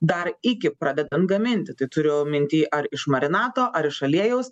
dar iki pradedant gaminti tai turiu minty ar iš marinato ar iš aliejaus